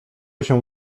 się